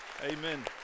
Amen